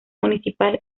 municipal